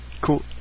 cool